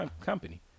company